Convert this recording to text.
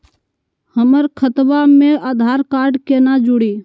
हमर खतवा मे आधार कार्ड केना जुड़ी?